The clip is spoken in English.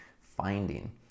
finding